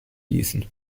gießen